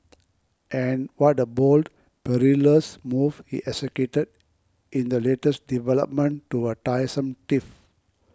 and what a bold perilous move he executed in the latest development to a tiresome tiff